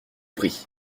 pris